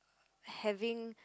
having